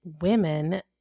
women